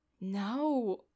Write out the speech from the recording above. no